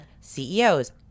CEOs